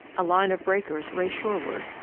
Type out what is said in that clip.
a line of breakers raced shoreward,